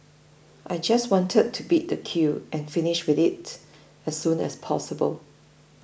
I just wanted to beat the queue and finish with it as soon as possible